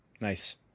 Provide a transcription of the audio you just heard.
Nice